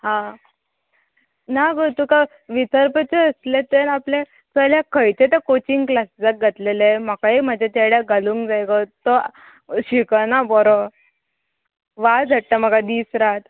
हां ना गो तुका विसरपाचें आसलें तर आपल्या चल्याक खंयचें तें कोचिंग क्लासिसाक घातलेलें म्हाकाय म्हज्या चेड्याक घालूंक जाय गो तो शिकना बरो वाज हाडटा म्हाका दीस रात